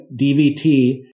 DVT